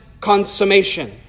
consummation